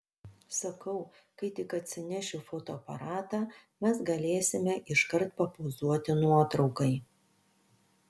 sakau kai tik atsinešiu fotoaparatą mes galėsime iškart papozuoti nuotraukai